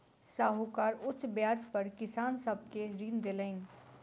साहूकार उच्च ब्याज पर किसान सब के ऋण देलैन